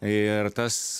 ir tas